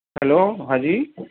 hello ہاں جی